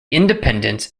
independence